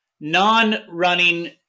non-running